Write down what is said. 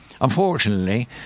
Unfortunately